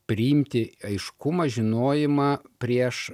priimti aiškumą žinojimą prieš